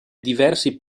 diversi